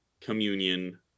communion